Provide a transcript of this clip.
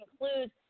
includes